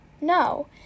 No